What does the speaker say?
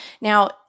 Now